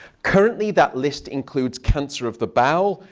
currently that list includes cancer of the bowel,